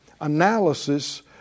analysis